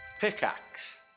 pickaxe